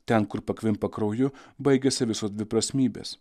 ten kur pakvimpa krauju baigiasi visos dviprasmybės